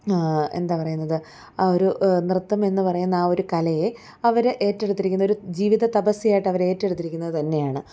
എന്താ പറയുന്നത് ആ ഒരു നൃത്തം എന്നു പറയുന്ന ആ ഒരു കലയെ അവര് ഏറ്റെടുത്തിരിക്കുന്നൊരു ജീവിത തപസ്യായിട്ടവര് ഏറ്റെടുത്തിരിക്കുന്നത് തന്നെയാണ്